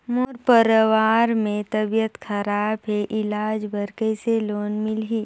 मोर परवार मे तबियत खराब हे इलाज बर कइसे लोन मिलही?